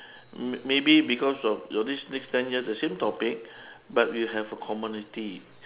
m~ maybe because of your this next ten years the same topic but we have a community